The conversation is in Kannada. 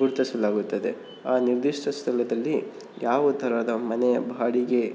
ಗುರುತಿಸಲಾಗುತ್ತದೆ ಆ ನಿರ್ದಿಷ್ಟ ಸ್ಥಳದಲ್ಲಿ ಯಾವ ಥರದ ಮನೆಯ ಬಾಡಿಗೆ